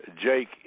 Jake